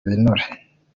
ibinure